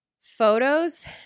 Photos –